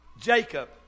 Jacob